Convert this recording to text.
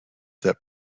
that